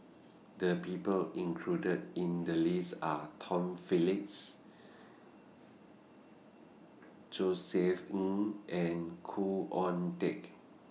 The People included in The list Are Tom Phillips Josef Ng and Khoo Oon Teik